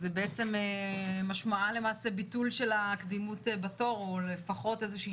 בעצם משמעה למעשה של הקדימות בתור או לפחות איזושהי